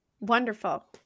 Wonderful